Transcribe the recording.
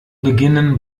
beginnen